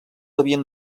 havien